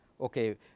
Okay